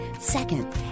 Second